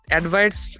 advice